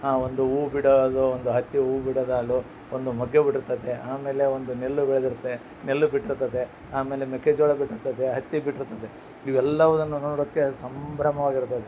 ಆ ಒಂದು ಹೂವು ಬಿಡೋದು ಒಂದು ಹತ್ತಿ ಹೂವು ಬಿಡೋದು ಆಲೂ ಒಂದು ಮೊಗ್ಗೆ ಬಿಡುತ್ತದೆ ಆಮೇಲೆ ಒಂದು ನೆಲ್ಲು ಬೆಳೆದಿರುತ್ತೆ ನೆಲ್ಲು ಬಿಟ್ಟಿರ್ತತೆ ಆಮೇಲೆ ಮೆಕ್ಕೆ ಜೋಳ ಬಿಟ್ಟಿರ್ತದೆ ಹತ್ತಿ ಬಿಟ್ಟಿರ್ತದೆ ಇವೆಲ್ಲವುದನ್ನು ನೋಡೋಕೆ ಸಂಭ್ರಮವಾಗಿರ್ತದೆ